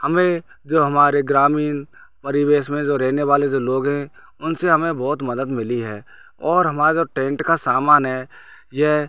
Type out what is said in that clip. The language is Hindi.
हमें जो हमारे ग्रामीण परिवेश में जो रहने वाले जो लोग हैं उनसे हमें बहुत मदद मिली है और हमारा टेंट का सामान है यह